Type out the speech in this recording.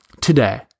today